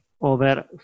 over